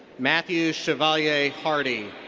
matthew chevalier hardy.